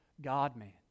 God-man